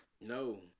No